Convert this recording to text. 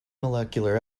molecular